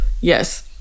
Yes